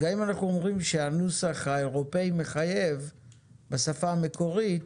גם אם אנחנו אומרים שהנוסח האירופי מחייב בשפה המקורית,